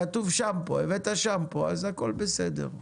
כתוב שמפו, הבאת שמפו אז הכל בסדר.